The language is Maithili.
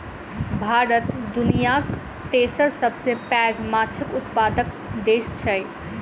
भारत दुनियाक तेसर सबसे पैघ माछक उत्पादक देस छै